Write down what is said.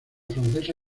francesa